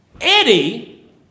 Eddie